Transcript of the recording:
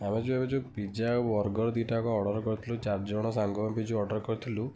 ଆମେ ଯେଉଁ ଏବେ ଯେଉଁ ପିଜ୍ଜା ଆଉ ବର୍ଗର୍ ଦୁଇଟା ଯାକ ଅର୍ଡ଼ର୍ କରିଥିଲୁ ଚାରି ଜଣ ସାଙ୍ଗ ଅର୍ଡ଼ର୍ କରିଥିଲୁ